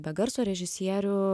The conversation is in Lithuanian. be garso režisierių